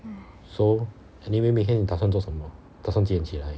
so anyway 明天你打算做什么早上几点起来